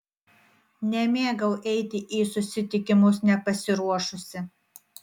nemėgau eiti į susitikimus nepasiruošusi